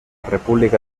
república